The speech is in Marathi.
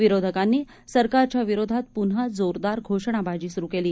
विरोधकांनी सरकारच्या विरोधात पुन्हा जोरदार घोषणाबाजी सुरू केली